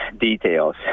details